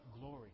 glory